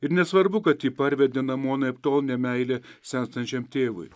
ir nesvarbu kad jį parvedė namo anaiptol ne meilė senstančiam tėvui